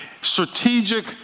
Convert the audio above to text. Strategic